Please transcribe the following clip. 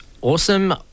awesome